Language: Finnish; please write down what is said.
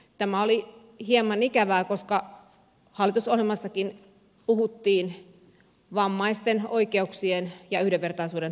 tämä oli hieman ikävää koska hallitusohjelmassakin puhuttiin vammaisten oikeuksien ja yhdenvertaisuuden parantamisesta